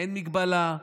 אין הגבלה,